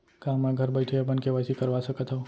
का मैं घर बइठे अपन के.वाई.सी करवा सकत हव?